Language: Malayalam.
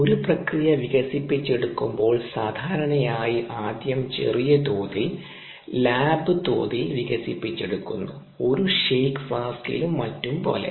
ഒരു പ്രക്രിയ വികസിപ്പിച്ചെടുക്കുമ്പോൾ സാധാരണയായി ആദ്യം ചെറിയ തോതിൽ ലാബ് തോതിൽ വികസിപ്പിച്ചെടുക്കുന്നു ഒരു ഷെയ്ക്ക് ഫ്ലാസ്കിലും മറ്റും പോലെ